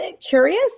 curious